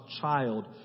child